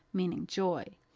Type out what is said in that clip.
meaning joy.